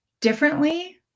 differently